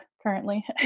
currently